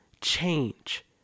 change